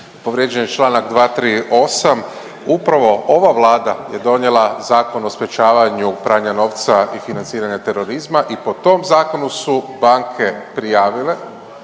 Povrijeđen je članak 238. Upravo ova Vlada je donijela Zakon o sprječavanju pranja novca i financiranja terorizma i po tom zakonu su banke prijavile